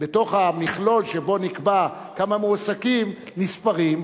הם בתוך המכלול שבו נקבע כמה מועסקים נספרים.